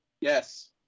Yes